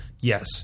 Yes